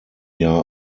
jahr